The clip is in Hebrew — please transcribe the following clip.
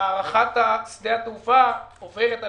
והארכת שדה התעופה עוברת על